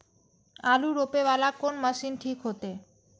आलू रोपे वाला कोन मशीन ठीक होते?